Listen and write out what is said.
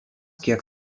kiek